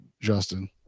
Justin